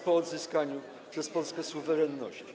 po odzyskaniu przez Polskę suwerenności.